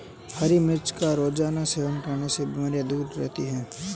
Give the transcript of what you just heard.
हरी मिर्च का रोज़ाना सेवन करने से बीमारियाँ दूर रहती है